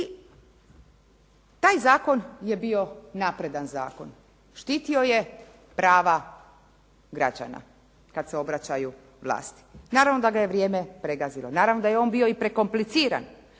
taj zakon je bio napredan zakon, štitio je prava građana kada se obraćaju vlasti. Naravno da ga je vrijeme pregazilo. Naravno da je on bio i prekompliciran,